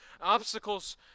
Obstacles